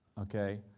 okay?